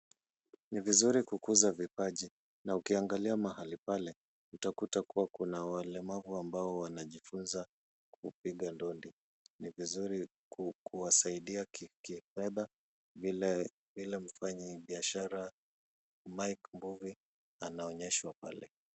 Ni vizuri kukuza vipaji, na ukiangalia mahali pale, utakuta kuwa kuna walemavu ambao wanajifunza kupiga ndondi. Ni vizuri kuwasaidia kifedha, vile mfanyibiashara Mike Mbuvi anaonyeshwa pale.